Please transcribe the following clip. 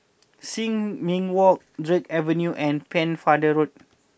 Sin Ming Walk Drake Avenue and Pennefather Road